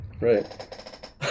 Right